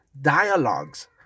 dialogues